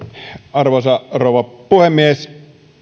arvoisa rouva puhemies